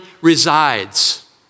resides